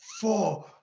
four